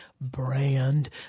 brand